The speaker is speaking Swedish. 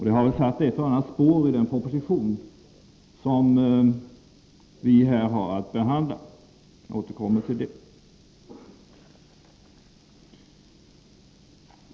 Det har väl satt ett och annat spår i den proposition som vi skall behandla. Jag återkommer till den saken.